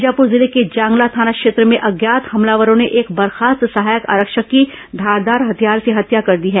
बीजापुर जिले के जांगला थाना क्षेत्र में अज्ञात हमलावरों ने एक बर्खास्त सहायक आरक्षक की धारदार हथियार से हत्या कर दी है